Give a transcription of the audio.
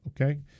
okay